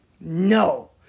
no